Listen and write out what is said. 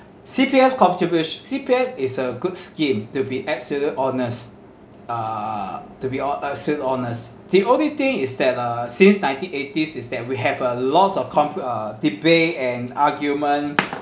C_P_F contribu~ C_P_F is a good scheme to be absolute honest uh to be ho~ absolute honest the only thing is that uh since nineteen eighties is that we have a lots of con~ uh debate and argument